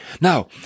Now